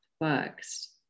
works